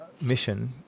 mission